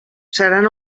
seran